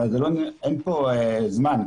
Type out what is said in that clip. אבל אין כאן זמן.